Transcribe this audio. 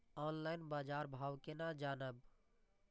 Online बाजार भाव केना जानब?